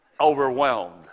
overwhelmed